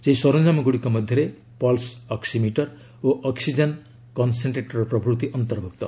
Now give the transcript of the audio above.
ସେହି ସରଞ୍ଜାମଗୁଡ଼ିକ ମଧ୍ୟରେ ପଲ୍ସ୍ ଅକ୍ସିମିଟର୍ ଓ ଅକ୍ସିଜେନ୍ କନ୍ସେଣ୍ଟ୍ରେଟର୍ ପ୍ରଭୃତି ଅନ୍ତର୍ଭୁକ୍ତ